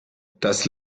das